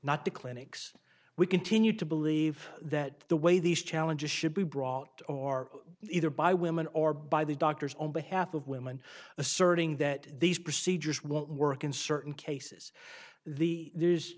not to clinics we continue to believe that the way these challenges should be brought are either by women or by the doctors on behalf of women asserting that these procedures won't work in certain cases the there